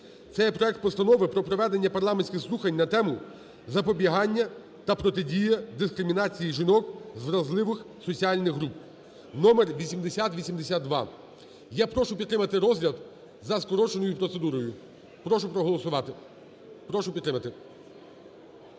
Це є проект Постанови про проведення парламентських слухань на тему: "Запобігання та протидія дискримінації жінок з вразливих соціальних груп" (№ 8082). Я прошу підтримати розгляд за скороченою процедурою. Прошу проголосувати. Прошу підтримати.